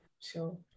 sure